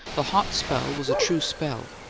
the hot spell was a true spell,